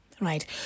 right